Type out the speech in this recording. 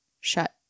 shut